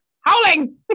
howling